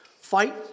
fight